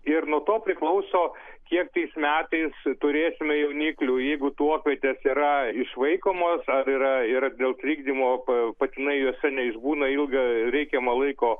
ir nuo to priklauso kiek tais metais turėsime jauniklių jeigu tuokvietės yra išvaikomos ar yra yra dėl trikdymo pa patinai juose neišbūna ilgo reikiamo laiko